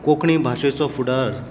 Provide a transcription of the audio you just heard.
कोंकणी भाशेचो फुडार